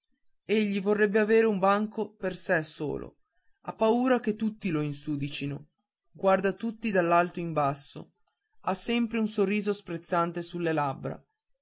ricco egli vorrebbe avere un banco per sé solo ha paura che tutti lo insudicino guarda tutti dall'alto al basso ha sempre un sorriso sprezzante sulle labbra